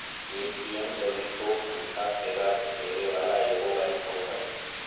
ATM चौबीसों घंटा सेवा देवे वाला एगो बैंक होत हवे